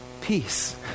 peace